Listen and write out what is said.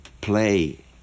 play